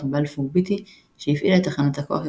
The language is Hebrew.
"בלפור ביטי" שהפעילה את תחנת הכוח ירושלים,